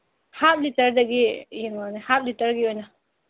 half ꯂꯤꯇꯔꯗꯒꯤ ꯌꯦꯡꯉꯛꯑꯣꯅꯦ ꯍꯥꯞ ꯂꯤꯇꯔꯒꯤ ꯑꯣꯏꯅ